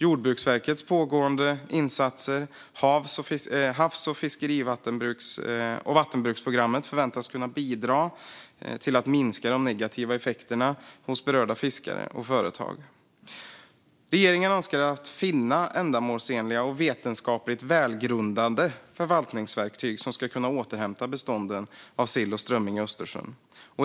Jordbruksverkets pågående insatser inom havs, fiskeri och vattenbruksprogrammet förväntas kunna bidra till att minska de negativa effekterna för berörda fiskare och företag. Regeringen önskar finna ändamålsenliga och vetenskapligt välgrundade förvaltningsverktyg som ska kunna återhämta bestånden av sill och strömming i Östersjön.